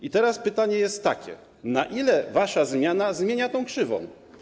I teraz pytanie jest takie: Na ile wasza zmiana zmienia tę krzywą?